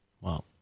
Wow